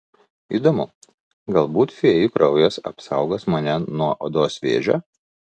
įdomu galbūt fėjų kraujas apsaugos mane nuo odos vėžio